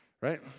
right